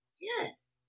Yes